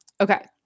Okay